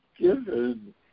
given